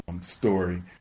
story